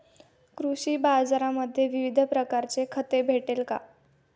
कृषी बाजारांमध्ये विविध प्रकारची खते भेटेल का?